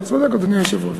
אתה צודק, אדוני היושב-ראש.